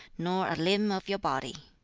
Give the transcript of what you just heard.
nor a limb of your body.